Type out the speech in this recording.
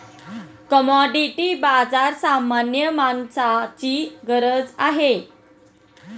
commodity बाजार सामान्य माणसाची गरज आहे